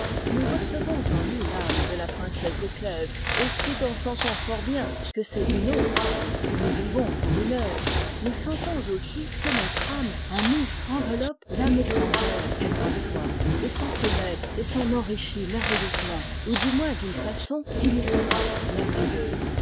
nous recevons en nous l'âme de la princesse de clèves et tout en sentant fort bien que c'est d'une autre âme que nous vivons pour une heure nous sentons aussi que notre âme à nous enveloppe l'âme étrangère qu'elle reçoit et s'en pénètre et s'en enrichit merveilleusement ou du moins d'une façon qui nous parait